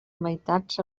meitats